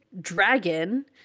Dragon